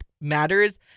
matters